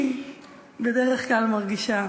אני בדרך כלל מרגישה,